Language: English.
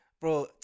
Bro